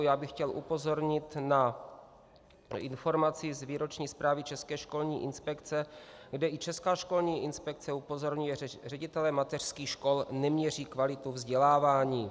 Já bych chtěl upozornit na informaci z výroční zprávy České školní inspekce, kde i Česká školní inspekce upozorňuje, že ředitelé mateřských škol neměří kvalitu vzdělávání.